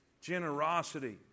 Generosity